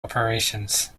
operations